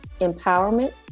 empowerment